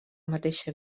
mateixa